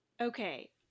Okay